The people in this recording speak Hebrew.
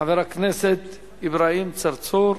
חבר הכנסת אברהים צרצור.